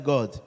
God